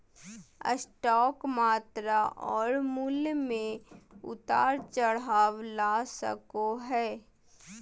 stock मात्रा और मूल्य में उतार चढ़ाव ला सको हइ